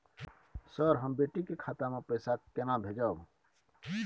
Sir, हम बेटी के खाता मे पैसा केना भेजब?